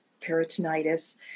peritonitis